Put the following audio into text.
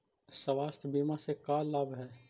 स्वास्थ्य बीमा से का लाभ है?